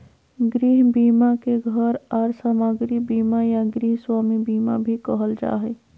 गृह बीमा के घर आर सामाग्री बीमा या गृहस्वामी बीमा भी कहल जा हय